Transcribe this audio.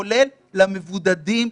כולל למבודדים,